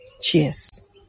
Cheers